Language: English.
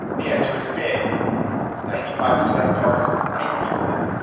the answer is b ninety five percent of particles. ninety five.